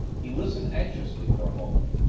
he listened anxiously for a moment.